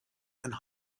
and